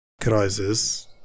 crisis